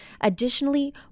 Additionally